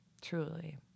truly